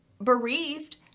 bereaved